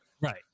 Right